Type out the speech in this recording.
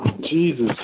Jesus